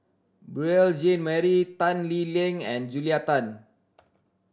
Beurel Jean Marie Tan Lee Leng and Julia Tan